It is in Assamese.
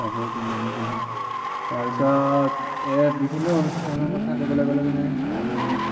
কাপোৰ কিনি আনি পিন্ধো তাৰপিছত এই বিভিন্ন অনুষ্ঠানৰ কথা ক'বলৈ গ'লে মানে আমি